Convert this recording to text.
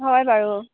হয় বাৰু